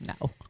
no